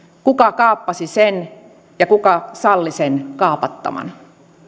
kuka kaappasi sen ja kuka salli sen kaapattavan